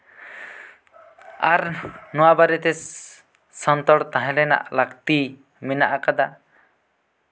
ᱟᱨ ᱱᱚᱶᱟ ᱵᱟᱨᱮ ᱛᱮ ᱥᱚᱱᱛᱚᱨ ᱛᱟᱦᱮᱸ ᱨᱮᱱᱟᱜ ᱞᱟᱹᱠᱛᱤ ᱢᱮᱱᱟᱜ ᱟᱠᱟᱫᱟ